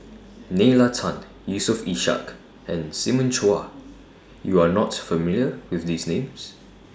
Nalla Tan Yusof Ishak and Simon Chua YOU Are not familiar with These Names